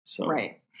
Right